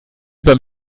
beim